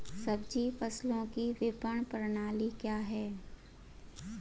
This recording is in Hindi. सब्जी फसलों की विपणन प्रणाली क्या है?